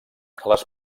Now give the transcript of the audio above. les